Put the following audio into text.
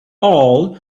all